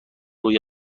روی